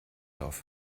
auf